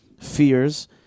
fears